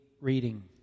reading